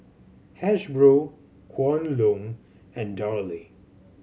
Hasbro Kwan Loong and Darlie